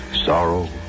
sorrow